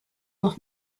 noch